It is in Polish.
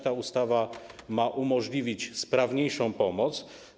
Ta ustawa ma umożliwić sprawniejszą pomoc.